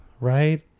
right